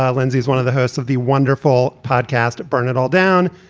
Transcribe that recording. um lindsay is one of the hosts of the wonderful podcast. burn it all down.